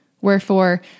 Wherefore